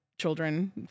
children